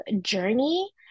journey